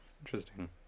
Interesting